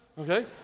okay